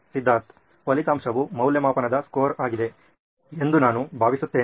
ಸಿದ್ಧಾರ್ಥ್ ಫಲಿತಾಂಶವು ಮೌಲ್ಯಮಾಪನದ ಸ್ಕೋರ್ ಆಗಿದೆ ಎಂದು ನಾನು ಭಾವಿಸುತ್ತೇನೆ